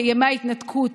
כימי ההתנתקות,